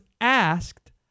asked